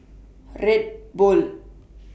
Red Bull